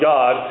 God